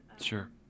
Sure